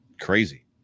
Crazy